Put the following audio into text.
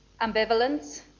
Ambivalence